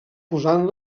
posant